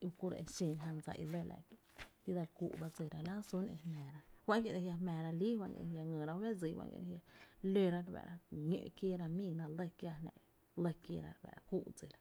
jö u kuro’ xen jan dsa i lɇ la’ kié’, ki dse li kúú’ ba dsira la jy sún e jmⱥⱥra juá’n kie’ ‘no jia’ jmⱥⱥra líi juá’n kie’ ‘no jia’ ngyyra u fé dsii juá’n kie’ ‘no jia’ lóra re faá´ra kí ñó’ kieera ba miina lɇ kiáá jná, kúu’ dsira.